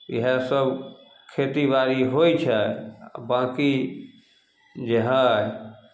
इएहसभ खेतीबाड़ी होइ छै आ बाँकी जे हइ